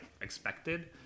expected